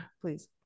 Please